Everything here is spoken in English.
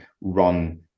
run